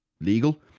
legal